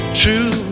true